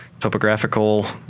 topographical